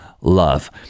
love